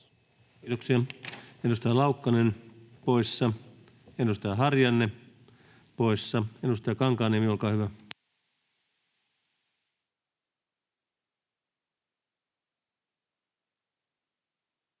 Kiitoksia. — Edustaja Laukkanen poissa, edustaja Harjanne poissa. — Edustaja Kankaanniemi, olkaa hyvä.